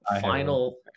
final